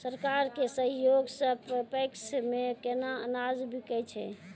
सरकार के सहयोग सऽ पैक्स मे केना अनाज बिकै छै?